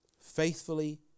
faithfully